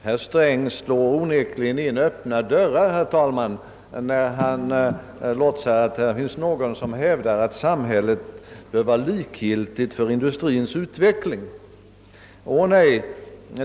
Herr talman! Herr Sträng slår onekligen in öppna dörrar när han låtsas som om det här skulle finnas någon som hävdar att samhället skulle vara likgiltigt för industriens utveckling.